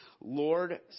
lord